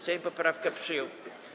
Sejm poprawkę przyjął.